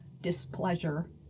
displeasure